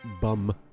bum